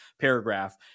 paragraph